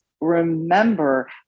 remember